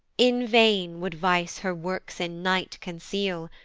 in vain would vice her works in night conceal,